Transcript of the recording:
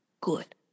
Good